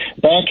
Back